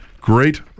great